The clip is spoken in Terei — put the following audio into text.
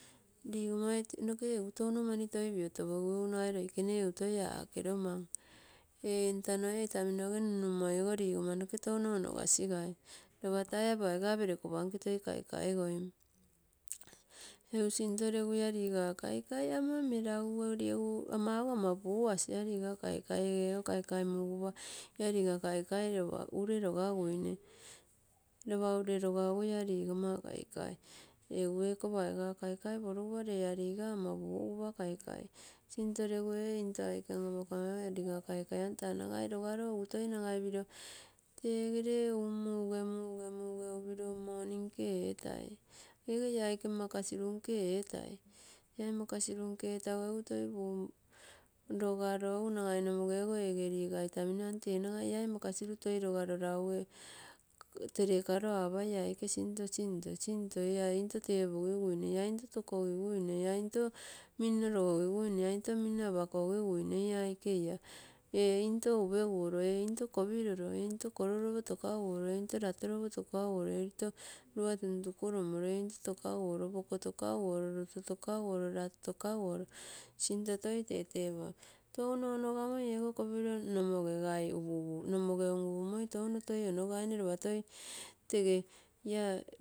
Rigomai noke egu touno mani toi piotopogi, egu magai loikene egu toi aakeromam ee entano ee itamino ege nunnummoi ligomma noke touno onogasigai lopata ia paiga perekupanke toi kaikai goim. Egu sinto lagu ia liga kaikai ama melagu. Melagu legu egu amago ama puasi ia liga kaikai ege ogo kaiakai mugupa lopa ure wgaguine. Lopa ure logagui ia ligomma kaikai, egu ikopaiga kaikai porugupa egu ia liga ama pugupa kaikai amim nagai taa logaro esu toi nagai piro teegere umm moge, muge, muge, muge upiro egu moni nke ee tai tege ia aike makasirunke etai, ia makasiro nke etaigu egu logaro egu nagai nomoge toi ege liga itamino tee ragai momoge toi iai makusiru logaro rau ee tolekaioapaio ia aike sinto, sinto ia into repogiguine, ia into tokogiguine ia into minno logo giguine ia into minno apakogiguine ia aike ia ee into upeguoro, ee into kopiropo, ee int koioiopo tokaguoro, ee into latoiopo tokaguoio, ee lito tokaguoro, ee into latoiopo tokaguoio, ee lito tokaguoro lua tuntu koiomoro. Ee into tokaguoro lito, lato tokaguoro, poko tokaguoro loto tokaguoro sin to toi tetepam. Touno onogamoi ego kopo nomogegai toi lupa tege ia.